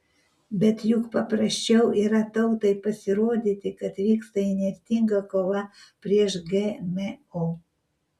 bet juk paprasčiau yra tautai pasirodyti kad vyksta įnirtinga kova prieš gmo